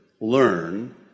learn